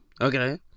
okay